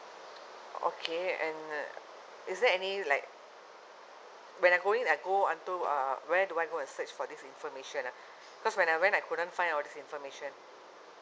okay and uh is there any like when I'm going that I go unto uh where do I go and search for this information ah because when I went I couldn't find all this information